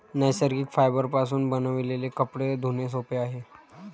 नैसर्गिक फायबरपासून बनविलेले कपडे धुणे सोपे आहे